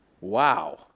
Wow